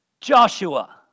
Joshua